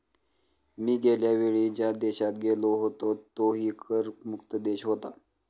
मी गेल्या वेळी ज्या देशात गेलो होतो तोही कर मुक्त देश होता